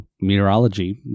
meteorology